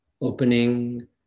opening